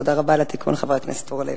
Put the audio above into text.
תודה רבה על התיקון, חבר הכנסת אורלב.